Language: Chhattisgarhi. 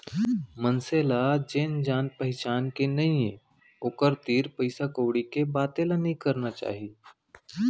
मनसे ल जेन जान पहिचान के नइये ओकर तीर पइसा कउड़ी के बाते ल नइ करना चाही